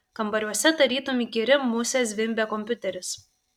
kambariuose tarytum įkyri musė zvimbė kompiuteris